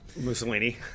Mussolini